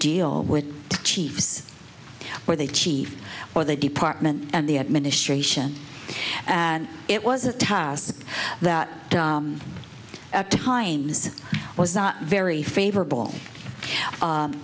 deal with chiefs or the chief or the department and the administration and it was a task that at times was not very favorable